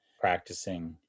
practicing